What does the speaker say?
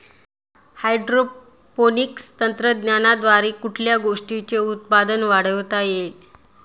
Hydroponics तंत्रज्ञानाद्वारे कुठल्या गोष्टीचे उत्पादन वाढवता येईल?